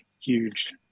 huge